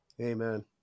Amen